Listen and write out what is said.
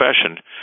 profession